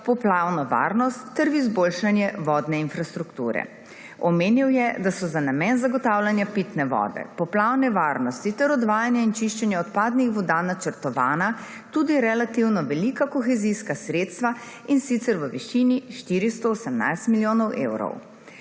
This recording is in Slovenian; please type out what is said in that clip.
poplavno varnost ter v izboljšanje vodne infrastrukture. Omenil je, da so za namen zagotavljanja pitne vode, poplavne varnosti ter odvajanja in čiščenja odpadnih voda načrtovana tudi relativno velika kohezijska sredstva, in sicer v višini 418 milijonov evrov.